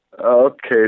Okay